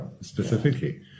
specifically